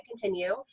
continue